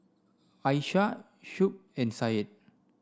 Aishah Shuib and Syed